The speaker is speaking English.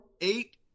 Eight